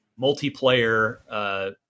multiplayer